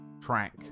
track